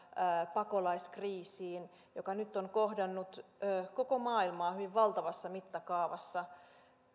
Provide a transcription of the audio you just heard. pakolaiskriisiin joka nyt on kohdannut koko maailmaa hyvin valtavassa mittakaavassa